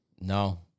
No